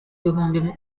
bihumbi